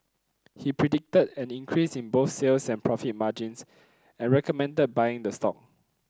he predicted an increase in both sales and profit margins and recommended buying the stock